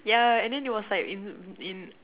ya and then it was like in in